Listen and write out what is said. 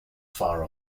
far